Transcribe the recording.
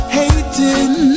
hating